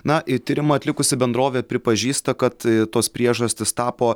na i tyrimą atlikusi bendrovė pripažįsta kad tos priežastys tapo